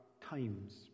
times